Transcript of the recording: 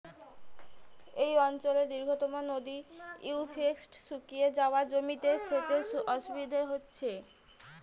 এই অঞ্চলের দীর্ঘতম নদী ইউফ্রেটিস শুকিয়ে যাওয়ায় জমিতে সেচের অসুবিধে হচ্ছে